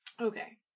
Okay